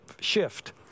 shift